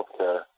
healthcare